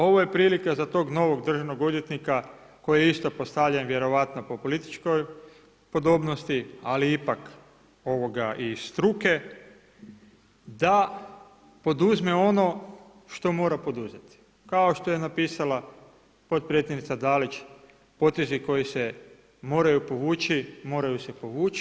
Ovo je prilika za tog novog Državnog odvjetnika, koji je isto postavljan vjerojatno po političkoj pogodnosti ali ipak i struke, da, poduzme ono što mora poduzeti, kao što je napisala potpredsjednica Dalić, potezi koji se moraju povući, moraju se povući.